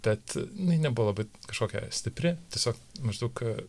tad jinai nebuvo labai kažkokia stipri tiesiog maždaug